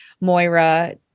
Moira